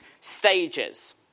stages